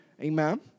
amen